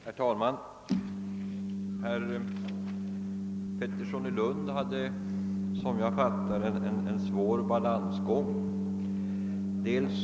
Herr talman! Herr Pettersson i Lund hade, såvitt jag förstår, en svår balansgång att gå.